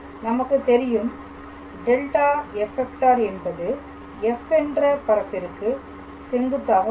நமக்கு தெரியும் ∇⃗⃗ f என்பது f என்ற பரப்பிற்கு செங்குத்தாக உள்ளது